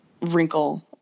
wrinkle